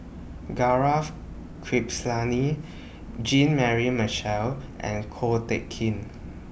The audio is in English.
Gaurav Kripalani Jean Mary Marshall and Ko Teck Kin